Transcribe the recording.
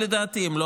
לדעתי הם מיעוט,